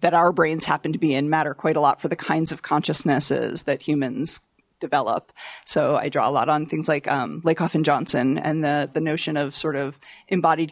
that our brains happen to be in matter quite a lot for the kinds of consciousnesses that humans develop so i draw a lot on things like lay coffin johnson and the the notion of sort of embodied